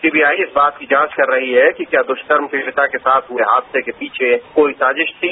CBI इस बात की जांच कर रही है कि क्या दुष्कर्म पीडिता के साथ हुए हादसे के पीछे कोई साजिश थी